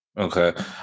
Okay